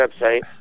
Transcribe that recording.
website